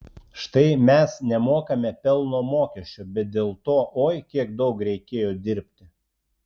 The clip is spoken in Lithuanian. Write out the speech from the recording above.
štai mes nemokame pelno mokesčio bet dėl to oi kiek daug reikėjo dirbti